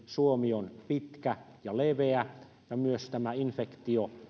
suomi on pitkä ja leveä ja myös tämä infektio